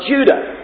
Judah